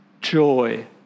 joy